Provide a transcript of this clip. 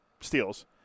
steals